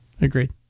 Agreed